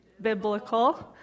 biblical